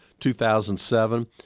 2007